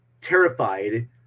terrified